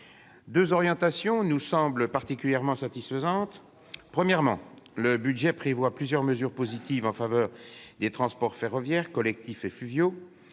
Deux orientations nous semblent particulièrement satisfaisantes. Premièrement, le projet de budget prévoit plusieurs mesures positives en faveur des transports ferroviaires, collectifs et fluviaux.